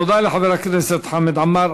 תודה לחבר הכנסת חמד עמאר.